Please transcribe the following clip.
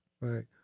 Right